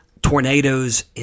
Tornadoes